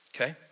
okay